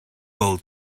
old